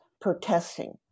protesting